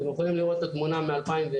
אתם יכולים לראות את התמונה מ-2001.